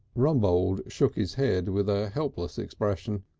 rumbold shook his head with a helpless expression.